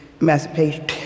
Emancipation